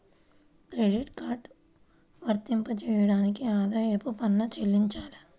Credit card వర్తింపజేయడానికి ఆదాయపు పన్ను చెల్లించాలా?